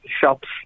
shops